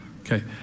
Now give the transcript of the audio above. Okay